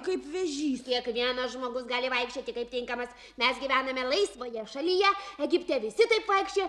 kaip vėžys kiekvienas žmogus gali vaikščioti kaip tinkamas mes gyvename laisvoje šalyje egipte visi taip vaikščiojo